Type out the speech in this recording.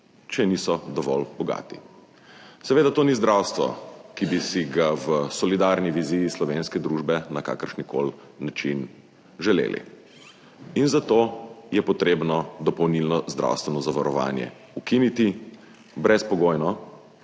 če niso dovolj bogati. Seveda to ni zdravstvo, ki bi si ga v solidarni viziji slovenske družbe na kakršenkoli način želeli in zato je treba dopolnilno zdravstveno zavarovanje ukiniti brezpogojno,